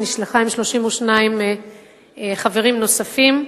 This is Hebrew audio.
עם 32 חברים נוספים,